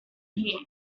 heat